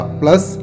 plus